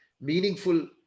meaningful